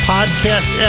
Podcast